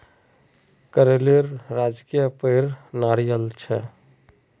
केरलेर राजकीय पेड़ नारियल छे